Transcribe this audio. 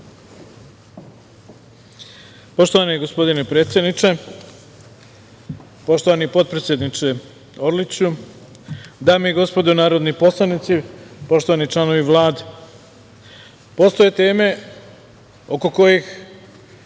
Poštovani gospodine predsedniče, poštovani potpredsedniče Orliću, dame i gospodo narodni poslanici, poštovani članovi Vlade, postoje teme oko kojih